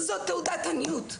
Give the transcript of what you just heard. זו תעודת עניות.